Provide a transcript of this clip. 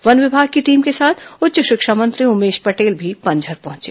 one विमाग की team के साथ उच्च शिक्षा मंत्री उमेश पर्टेल भी पनझर पहुंचे